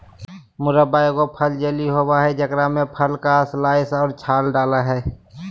मुरब्बा एगो फल जेली होबय हइ जेकरा में फल के स्लाइस और छाल डालय हइ